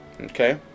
Okay